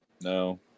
No